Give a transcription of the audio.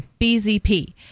BZP